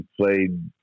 played